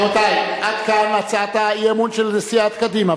רבותי, עד כאן הצעת האי-אמון של סיעת קדימה.